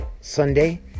Sunday